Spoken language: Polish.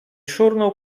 szurnął